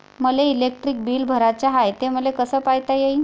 मले electric bill भराचं हाय, ते मले कस पायता येईन?